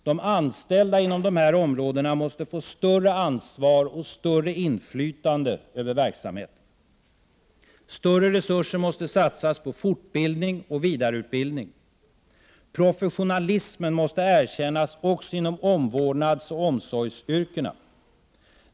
De anställda inom de här områdena måste få större ansvar för och större inflytande över verksamheten. Större resurser måste satsas på fortbildning och vidareutbildning. Professionalismen måste erkännas också inom omvårdnadsoch omsorgsyrkena.